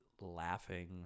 laughing